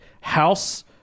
House